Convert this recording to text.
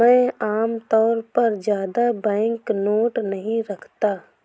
मैं आमतौर पर ज्यादा बैंकनोट नहीं रखता